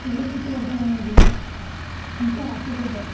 తులసి తీర్థం అనేది ఇంకా అపురూపం